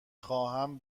خواهم